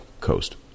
coast